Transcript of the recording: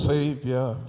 Savior